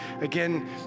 Again